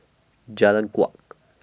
Jalan Kuak